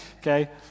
Okay